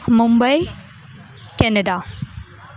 Mumbai Canada